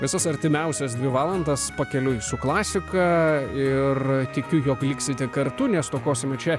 visas artimiausias dvi valandas pakeliui su klasika ir tikiu jog liksite kartu nestokosime čia